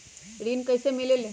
ऋण कईसे मिलल ले?